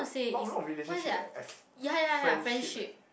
not not relationship eh f~ friendship eh